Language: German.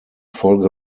folge